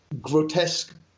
grotesque